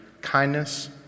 kindness